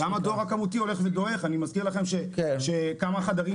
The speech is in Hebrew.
גם הדואר הכמותי הולך ודועך ואני מזכיר לכם שכמה חדרים